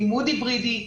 לימוד היברידי,